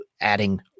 adding